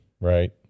right